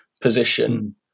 position